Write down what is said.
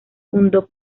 fundó